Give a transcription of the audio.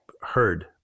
heard